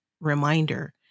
reminder